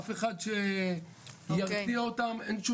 אף אחד שירתיע אותם.